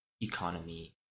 economy